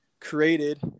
created